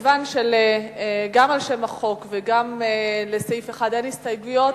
מכיוון שגם לשם החוק וגם לסעיף 1 אין הסתייגויות